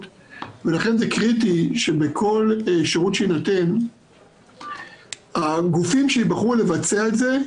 ולכן זה קריטי שבכל שירות שיינתן הגופים שייבחרו לבצע את זה,